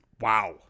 Wow